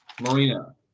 Marina